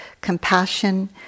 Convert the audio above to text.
compassion